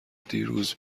دیروز